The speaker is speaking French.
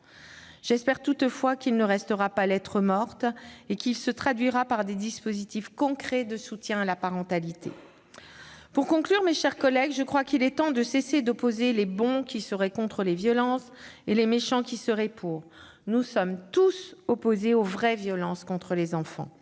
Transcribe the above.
J'espère toutefois qu'il ne restera pas lettre morte et que son adoption aboutira à la mise en place de dispositifs concrets de soutien à la parentalité. Mes chers collègues, je pense qu'il est temps de cesser d'opposer les « bons », qui seraient contre les violences, et les « méchants », qui seraient pour. Nous sommes tous opposés aux « vraies » violences contre les enfants.